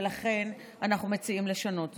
ולכן אנחנו מציעים לשנות זאת.